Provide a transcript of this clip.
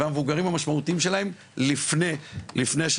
סמים זה